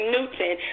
Newton